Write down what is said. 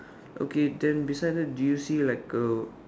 okay then beside that do you see like a